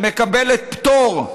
שמקבלת פטור,